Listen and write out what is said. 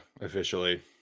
officially